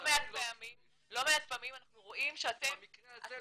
לא מעט פעמים אנחנו רואים שאתם --- במקרה הזה לא מקצועי.